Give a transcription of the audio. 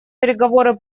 переговоры